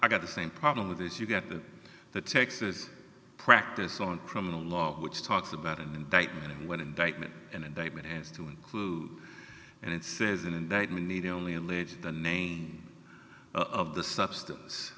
i've got the same problem with this you get the texas practice on criminal law which talks about an indictment when indictment and indictment has to include and it says an indictment need only allege the name of the substance